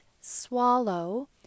swallow